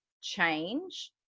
change